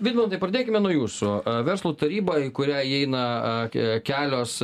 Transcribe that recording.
vidmantai pradėkime nuo jūsų verslo taryba į kurią įeina kelios